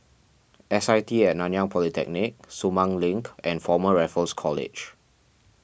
S I T at Nanyang Polytechnic Sumang Link and Former Raffles College